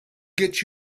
get